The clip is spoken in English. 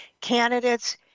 candidates